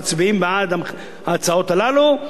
מצביעים בעד ההצעות הללו,